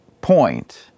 point